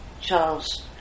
Charles